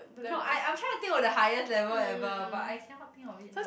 no I I'm trying to think of the highest level ever but I cannot think of it now